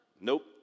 Nope